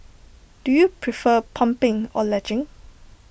do you prefer pumping or latching